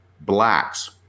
blacks